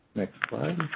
next slide.